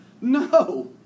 No